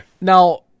now